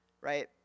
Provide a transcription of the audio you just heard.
right